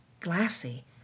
glassy